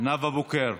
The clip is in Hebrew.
נאוה בוקר,